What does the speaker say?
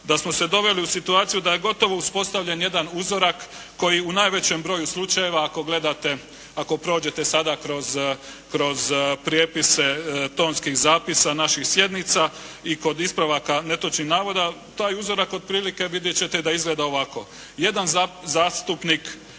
da smo se doveli u situaciju da je gotovo uspostavljen jedan uzorak koji u najvećem broju slučajeva ako gledate, ako prođete sada kroz prijepise tonskih zapisa naših sjednica i kod ispravaka netočnih navoda, taj uzorak otprilike vidjet ćete da izgleda ovako. Jedan zastupnik